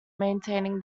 maintaining